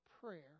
prayer